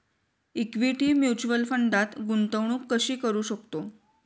Equity mutual फंडात गुंतवणूक कशी करू शकतो?